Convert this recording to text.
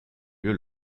lieu